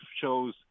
shows